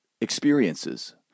experiences